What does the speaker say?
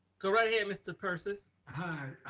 go right here. mr. persis. hi.